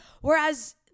Whereas